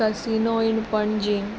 casino इण पणजीम